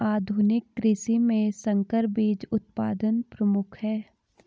आधुनिक कृषि में संकर बीज उत्पादन प्रमुख है